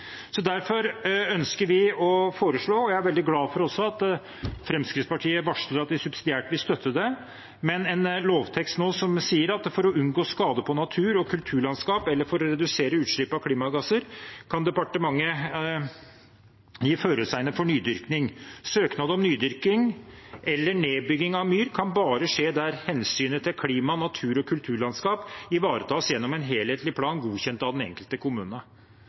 Derfor ønsker vi nå å foreslå – og jeg er veldig glad for at også Fremskrittspartiet varsler at de subsidiært vil støtte det – en lovtekst som sier: «For å unngå skade på natur- og kulturlandskap eller for å redusere utslepp av klimagassar kan departementet gi føresegner for nydyrking. Søknad om nydyrking eller nedbygging av myr kan berre skje der omsynet til klima, natur- og kulturlandskap vert varetatt gjennom ein heilskapleg plan godkjend av den enkelte kommune.»